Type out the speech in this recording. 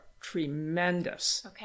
tremendous